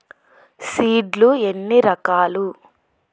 Seed లు ఎన్ని రకాలు?